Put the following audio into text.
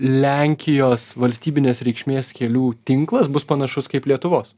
lenkijos valstybinės reikšmės kelių tinklas bus panašus kaip lietuvos